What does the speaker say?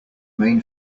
main